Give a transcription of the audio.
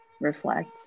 reflect